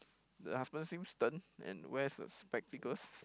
the husband seems stern and wears a spectacles